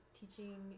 teaching